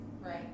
Right